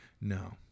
no